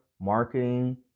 marketing